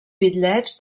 bitllets